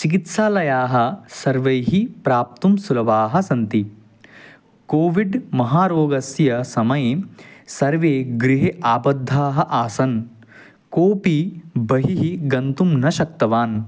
चिकित्सालयाः सर्वैः प्राप्तुं सुलभाः सन्ति कोविड् महारोगस्य समये सर्वे गृहे आबद्धाः आसन् कोपि बहिः गन्तुं न शक्तवान्